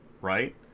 right